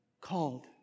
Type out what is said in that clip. called